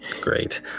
great